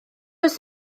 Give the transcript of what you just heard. oes